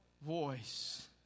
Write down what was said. voice